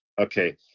okay